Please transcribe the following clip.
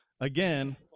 again